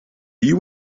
you